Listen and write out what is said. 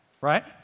right